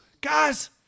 Guys